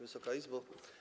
Wysoka Izbo!